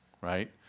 right